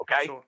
okay